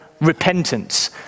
Repentance